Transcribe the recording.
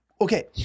Okay